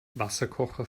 wasserkocher